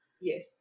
yes